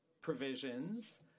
provisions